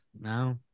now